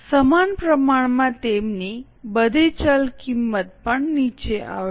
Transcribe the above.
સમાન પ્રમાણમાં તેમની બધી ચલ કિંમત પણ નીચે આવશે